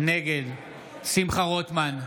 נגד שמחה רוטמן,